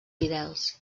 fidels